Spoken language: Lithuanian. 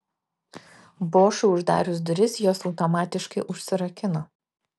bošui uždarius duris jos automatiškai užsirakino